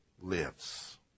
lives